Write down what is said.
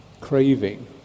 craving